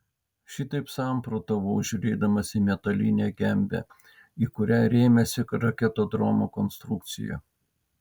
šitaip samprotavau žiūrėdamas į metalinę gembę į kurią rėmėsi raketodromo konstrukcija